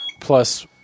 plus